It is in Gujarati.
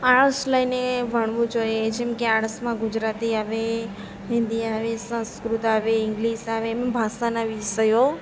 આર્ટસ લઈને ભણવું જોઈએ જેમકે આર્ટસમાં ગુજરાતી આવે હિન્દી આવે સંસ્કૃત આવે ઇંગ્લિશ આવે એમ ભાષાના વિષયો